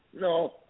No